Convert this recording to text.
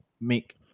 make